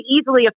easily